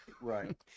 right